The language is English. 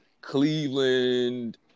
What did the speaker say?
Cleveland